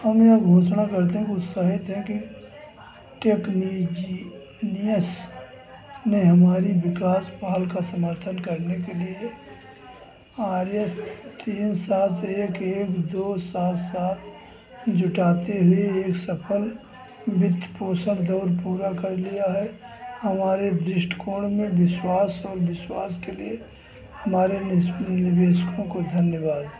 हम यह घोषणा करते हुए उत्साहित हैं कि टेकनिजीनियस ने हमारी विकास पहल का समर्थन करने के लिए आर एस तीन सात एक एक दो सात सात जुटाते हुए एक सफल बित्तपोषण दौर पूरा कर लिया है हमारे दृष्टिकोण में विश्वास और विश्वास के लिए हमारे निवेशकों को धन्यवाद